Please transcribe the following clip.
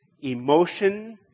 emotion